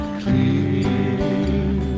clear